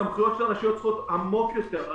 הסמכויות של הרשויות צריכות להיות עמוק יותר.